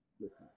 listen